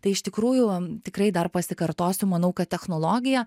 tai iš tikrųjų tikrai dar pasikartosiu manau kad technologija